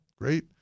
Great